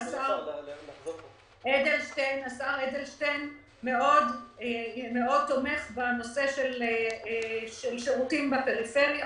השר אדלשטיין מאוד תומך בשירותים בפריפריה.